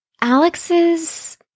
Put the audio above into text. Alex's